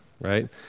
right